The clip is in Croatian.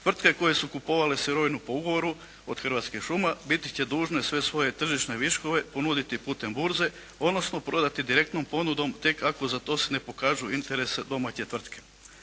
Tvrtke koje su kupovale sirovinu po ugovoru od Hrvatskih šuma biti će dužne sve svoje tržišne viškove ponuditi putem burze, odnosno prodati direktnom ponudom tek ako za to ne pokažu interes domaće tvrtke.